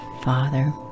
Father